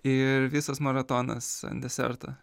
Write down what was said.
ir visas maratonas deserto